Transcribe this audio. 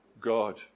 God